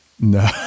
No